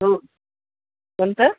हो कोणता